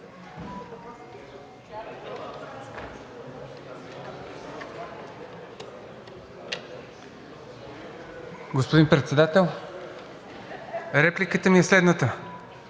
Господин Председател, репликата ми е следната.